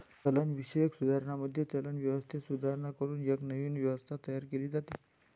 चलनविषयक सुधारणांमध्ये, चलन व्यवस्थेत सुधारणा करून एक नवीन व्यवस्था तयार केली जाते